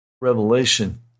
Revelation